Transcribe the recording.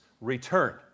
return